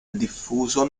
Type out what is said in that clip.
diffuso